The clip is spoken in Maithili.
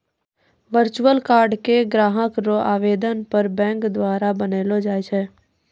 वर्चुअल कार्ड के ग्राहक रो आवेदन पर बैंक द्वारा बनैलो जाय छै